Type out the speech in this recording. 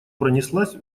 пронеслась